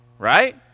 right